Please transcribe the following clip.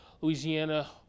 Louisiana